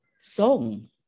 song